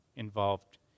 involved